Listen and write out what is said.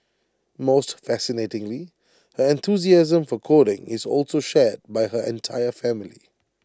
most fascinatingly her enthusiasm for coding is also shared by her entire family